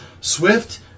Swift